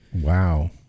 wow